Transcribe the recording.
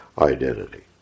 identity